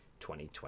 2020